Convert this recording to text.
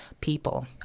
people